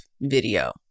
video